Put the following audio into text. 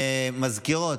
מזכירות,